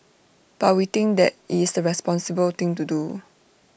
but we think that IT is the responsible thing to do